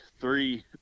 three